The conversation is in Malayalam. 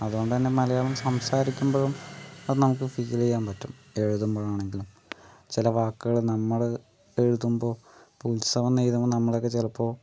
അതുകൊണ്ടുതന്നെ മലയാളം സംസാരിക്കുമ്പോഴും അത് നമുക്ക് ഫീൽ ചെയ്യാൻ പറ്റും എഴുതുമ്പോഴാണെങ്കിലും ചില വാക്കുകൾ നമ്മൾ എഴുതുമ്പോൾ ഇപ്പോൾ ഉത്സവമെന്നെഴുതുമ്പോൾ നമ്മളൊക്കെ ചിലപ്പോൾ